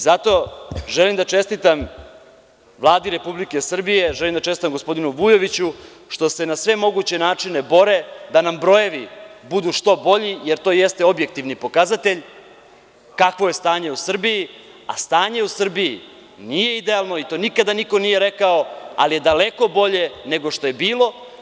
Zato, želim da čestitam Vladi Republike Srbije, želim da čestitam gospodinu Vujoviću što se na sve moguće načine bore da nam brojevi budu što bolji, jer to jeste objektivni pokazatelj kakvo je stanje u Srbiji, a stanje u Srbiji nije idealnoi to nikada niko nije rekao, ali je daleko bolje nego što je bilo.